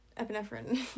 epinephrine